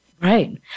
Right